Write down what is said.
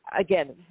again